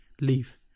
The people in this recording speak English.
leave